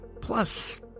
Plus